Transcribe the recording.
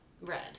red